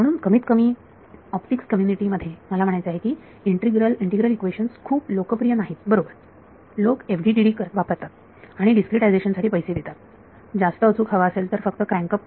म्हणून कमीत कमी ऑप्टिक्स कम्युनिटी मध्ये मला म्हणायचे आहे की इंटीग्रल इक्वेशन्स खूप लोकप्रिय नाहीत बरोबर लोक FDTD करतात आणि डीस्क्रीटायझेशन साठी पैसे देतात जास्त अचूक हवा असेल तर फक्त क्रॅंक अप